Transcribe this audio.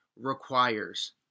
requires